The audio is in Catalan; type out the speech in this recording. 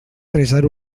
resar